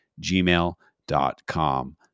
gmail.com